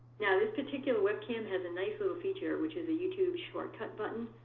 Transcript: now this particular webcam has a nice feature, which is a youtube shortcut button.